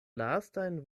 lastajn